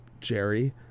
Jerry